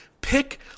pick